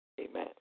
Amen